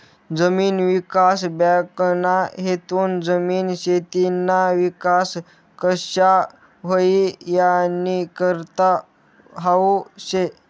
जमीन विकास बँकना हेतू जमीन, शेतीना विकास कशा व्हई यानीकरता हावू शे